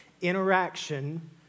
interaction